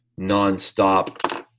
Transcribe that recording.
nonstop